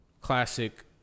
classic